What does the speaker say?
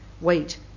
wait